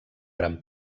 gran